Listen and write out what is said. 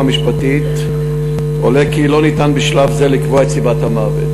משפטית עולה כי אי-אפשר בשלב זה לקבוע את סיבת המוות,